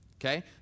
Okay